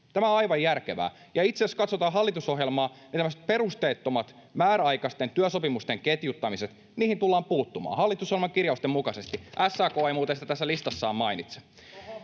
Tämä on aivan järkevää. Itse asiassa jos katsotaan hallitusohjelmaa, tämmöisiin perusteettomien määräaikaisten työsopimusten ketjuttamisiin tullaan puuttumaan hallitusohjelman kirjausten mukaisesti. SAK ei muuten sitä tässä listassaan mainitse.